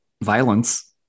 violence